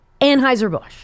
Anheuser-Busch